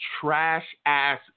trash-ass